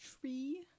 tree